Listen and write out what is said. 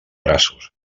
braços